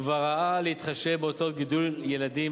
כבר ראה להתחשב בהוצאות גידול ילדים